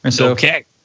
Okay